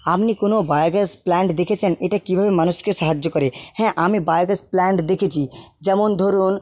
আপনি কোনো biogas plant দেখেছেন এটা কীভাবে মানুষকে সাহায্য করে হ্যাঁ আমি বায়োগ্যাস প্ল্যান্ট দেখেছি যেমন ধরুন